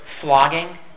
flogging